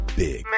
big